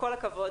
כל הכבוד,